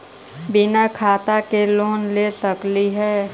बिना खाता के लोन ले सकली हे?